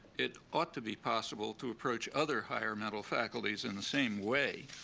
it ought to be possible to approach other higher mental faculties in the same way.